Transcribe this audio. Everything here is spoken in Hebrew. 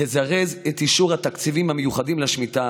לזרז את אישור התקציבים המיוחדים לשמיטה